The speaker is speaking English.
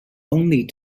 only